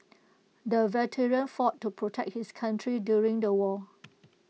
the veteran fought to protect his country during the war